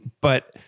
but-